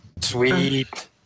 Sweet